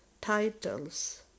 titles